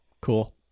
Cool